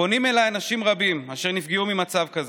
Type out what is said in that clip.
פונים אליי אנשים רבים אשר נפגעו ממצב כזה.